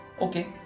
okay